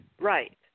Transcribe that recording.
Right